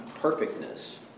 perfectness